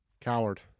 Coward